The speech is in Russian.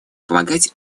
помогать